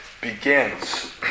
begins